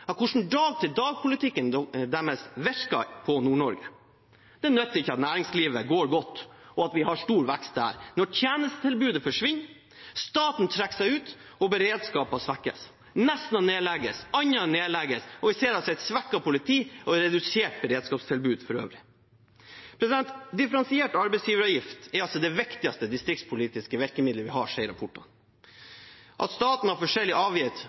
av hvordan dag-til-dag-politikken deres virker på Nord-Norge. Det nytter ikke at næringslivet går godt, og at vi har stor vekst, når tjenestetilbudet forsvinner, staten trekker seg ut og beredskapen svekkes. Nesna nedlegges, Andøya nedlegges, og vi ser et svekket politi og redusert beredskapstilbud for øvrig. Differensiert arbeidsgiveravgift er det viktigste distriktspolitiske virkemiddelet vi har, sier rapportene – at staten har